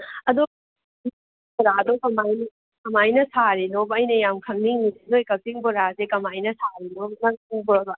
ꯑꯗꯣ ꯀꯃꯥꯏꯅ ꯁꯥꯔꯤꯅꯣꯕ ꯑꯩꯅ ꯌꯥꯝ ꯈꯪꯅꯤꯡꯉꯤꯁꯦ ꯅꯣꯏ ꯀꯛꯆꯤꯡ ꯕꯣꯔꯥꯁꯦ ꯀꯃꯥꯏꯅ ꯁꯥꯔꯤꯅꯣꯕ ꯅꯪ ꯈꯪꯕ꯭ꯔꯥꯕ